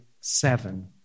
seven